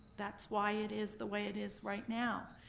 that's why it is the way it is right now.